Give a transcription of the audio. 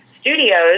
studios